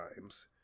times